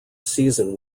season